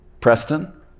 Preston